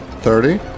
Thirty